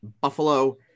Buffalo